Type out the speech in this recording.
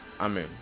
Amen